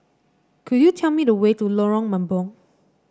could you tell me the way to Lorong Mambong